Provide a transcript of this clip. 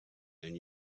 and